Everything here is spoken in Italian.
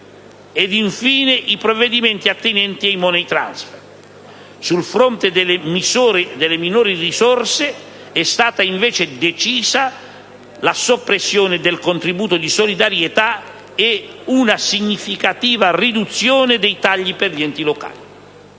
infine le misure attinenti ai *money transfer*. Sul fronte delle minori risorse, è stata invece decisa la soppressione del contributo di solidarietà e una significativa riduzione dei tagli per gli enti locali.